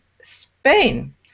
Spain